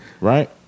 Right